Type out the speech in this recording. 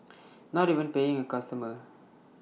not even paying A customer